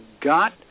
got